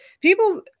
People